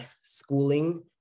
schooling